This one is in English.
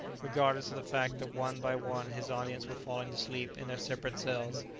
regardless of the fact that one by one his audience were falling to sleep in their separate cells.